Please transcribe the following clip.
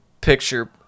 picture